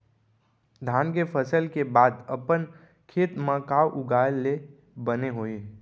धान के फसल के बाद अपन खेत मा का उगाए ले बने होही?